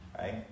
Right